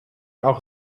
auch